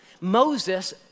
Moses